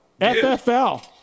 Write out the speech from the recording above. FFL